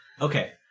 Okay